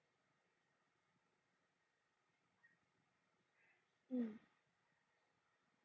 mm